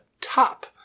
top